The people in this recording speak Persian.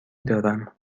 دارم